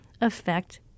affect